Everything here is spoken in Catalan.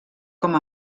com